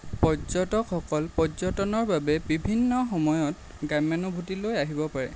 পৰ্যটকসকল পৰ্যটনৰ বাবে বিভিন্ন সময়ত গ্ৰাম্যানোভূতিলৈ আহিব পাৰে